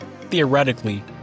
theoretically